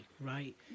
right